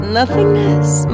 nothingness